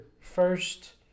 first